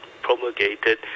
promulgated